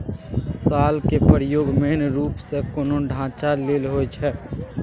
शालक प्रयोग मेन रुप सँ कोनो ढांचा लेल होइ छै